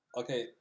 okay